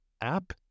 app